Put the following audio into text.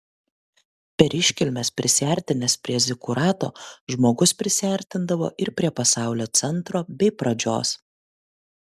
per iškilmes prisiartinęs prie zikurato žmogus prisiartindavo ir prie pasaulio centro bei pradžios